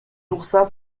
oursin